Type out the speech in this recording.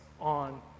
on